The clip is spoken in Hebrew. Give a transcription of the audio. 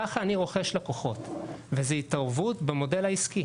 ככה אני רוכש לקוחות, וזו התערבות במודל העסקי.